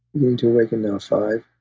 you need to awaken now, five.